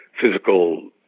physical